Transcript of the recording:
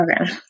Okay